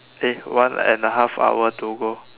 eh one and the half hour to go